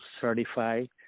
certified